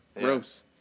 gross